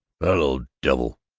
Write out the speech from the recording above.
little devil!